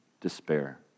despair